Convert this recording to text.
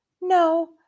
No